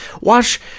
watch